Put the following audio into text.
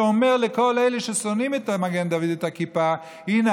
שאומר לכל אלה ששונאים את המגן דוד ואת הכיפה: הינה,